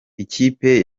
ikipe